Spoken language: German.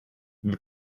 wir